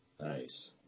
Nice